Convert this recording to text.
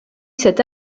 cet